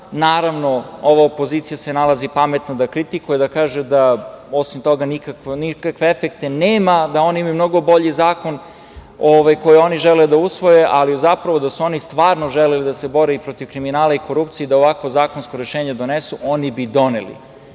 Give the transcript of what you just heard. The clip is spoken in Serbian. stečena. Naravno, ova opozicija se nalazi pametna da kritikuje, da kaže da, osim toga, nikakve efekte nema, da oni imaju mnogo bolji zakon koji oni žele da usvoje, ali da su oni stvarno želeli da se bore i protiv kriminala i korupcije i da ovakvo zakonsko rešenje donesu, oni bi doneli